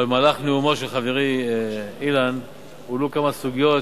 אבל במהלך נאומו של חברי אילן הועלו כמה סוגיות